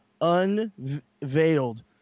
unveiled